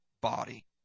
body